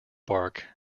bark